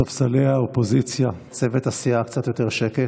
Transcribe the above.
ספסלי האופוזיציה, צוות הסיעה, קצת יותר שקט.